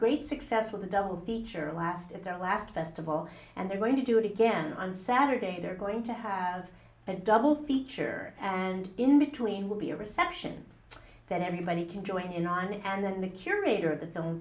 great success with a double feature last of their last festival and they're going to do it again on saturday they're going to have a double feature and in between will be a reception that everybody can join in on and then the curator of the film